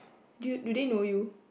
do do they know you